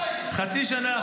חצי שנה,